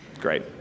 Great